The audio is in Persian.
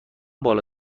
بالا